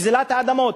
גזלת האדמות,